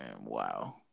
wow